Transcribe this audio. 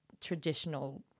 traditional